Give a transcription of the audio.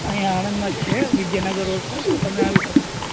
અહીં આણંદમાં જ છે વિદ્યાનગર રોડ પર તો તમે આવી શકશો